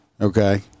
okay